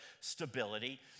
stability